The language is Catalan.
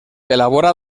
elabora